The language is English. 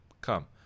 Come